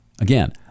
Again